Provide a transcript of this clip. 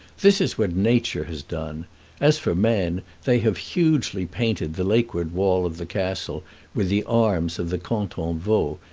this is what nature has done as for men, they have hugely painted the lakeward wall of the castle with the arms of the canton vaud,